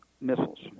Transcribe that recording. missiles